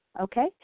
Okay